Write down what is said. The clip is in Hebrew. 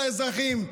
לאזרחים,